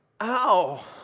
ow